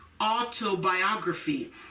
autobiography